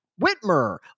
Whitmer